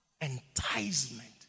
Enticement